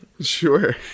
Sure